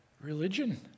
Religion